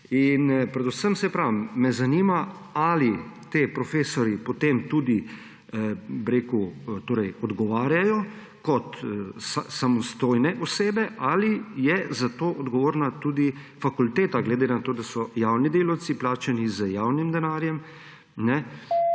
Predvsem me zanima: Ali ti profesorji potem tudi odgovarjajo kot samostojne osebe ali je to za to odgovorna tudi fakulteta glede na to, da so javni delavci, plačani z javnim denarjem?